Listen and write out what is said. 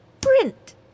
print